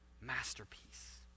masterpiece